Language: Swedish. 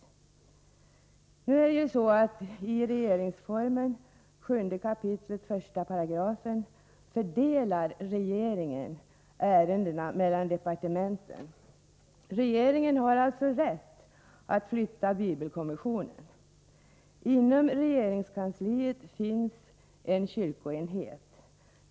Enligt regeringsformen 7 kap. 1 § fördelar regeringen ärendena mellan departementen. Regeringen har alltså rätt att flytta bibelkommissionen. Inom regeringskansliet finns en kyrkoenhet.